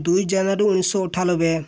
ଦୁଇ ଜାନୁଆରୀ ଉଣେଇଶିଶହ ଅଠାନବେ